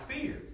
fear